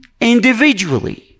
Individually